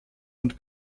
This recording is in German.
und